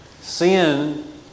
Sin